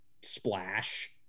splash